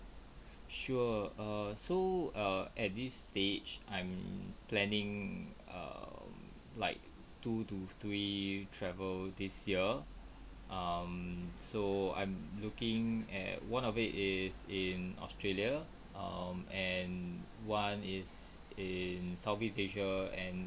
sure err so err at this stage I'm planning um like two to three travel this year um so I'm looking at one of it is in australia um and one is in southeast asia and